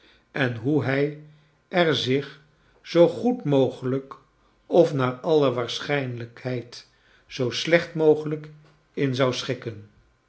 en hoe bij er zich zoo goed mogelijk of naar alle waarschijnlijkheid zoo sieoht mogelijk in zou schikken